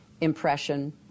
impression